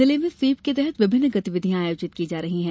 जिले में स्वीप के तहत विभिन्न गतिविधियां आयोजित की जा रही है